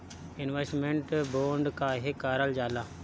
Investment bond काहे कारल जाला?